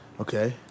Okay